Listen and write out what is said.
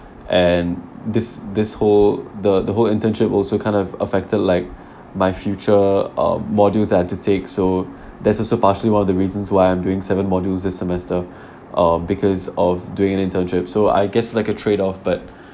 and this this whole the the whole internship also kind of affected like my future um modules I had to take so that's also partially one of the reasons why I am doing seven modules this semester um because of doing an internship so I guess like a trade off but